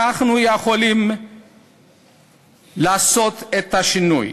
אנחנו יכולים לעשות את השינוי.